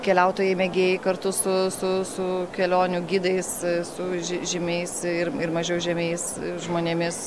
keliautojai mėgėjai kartu su su su kelionių gidais su žy žymiais ir ir mažiau žymiais žmonėmis